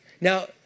now